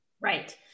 Right